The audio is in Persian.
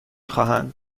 خواهند